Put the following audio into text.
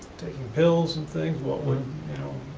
taking pills and things, what would,